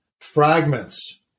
fragments